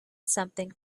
something